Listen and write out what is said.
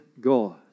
God